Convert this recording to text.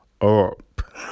up